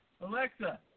Alexa